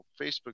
Facebook